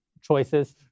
choices